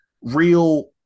real